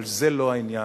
אבל זה לא העניין.